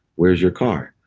where's your car?